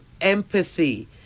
empathy